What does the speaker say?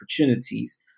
opportunities